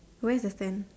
where's the stand